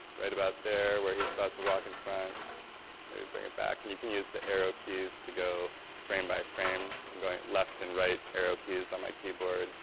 right about there, where he's about to walk in front, let me bring it back, and you can use the arrow keys to go frame-by-frame. i'm going left and right arrow keys on my keyboard